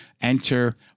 enter